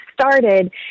started